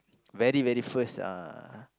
very very first uh